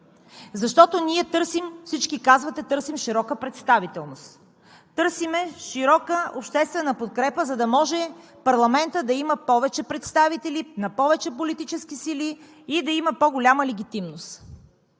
на тези хора? Всички казвате, че търсим широка представителност, търсим широка обществена подкрепа, в парламента да има повече представители на повече политически сили и да има по-голяма легитимност.